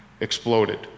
exploded